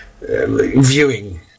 viewing